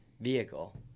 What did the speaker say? vehicle